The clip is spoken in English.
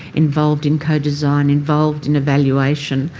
involved in co-design, involved in evaluation.